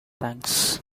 thanks